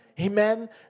Amen